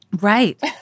right